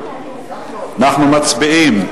אנחנו מצביעים.